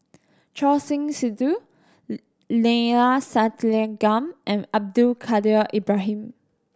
Choor Singh Sidhu Neila Sathyalingam and Abdul Kadir Ibrahim